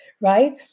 right